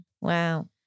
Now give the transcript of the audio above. Wow